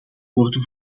worden